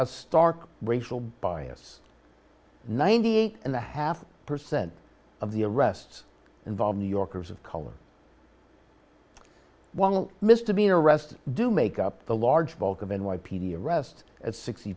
a stark racial bias and ninety eight and a half percent of the arrests involve new yorkers of color one misdemeanor arrest do make up the large bulk of n y p d arrest as sixty